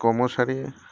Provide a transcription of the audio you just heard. কৰ্মচাৰীৰ